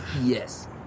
Yes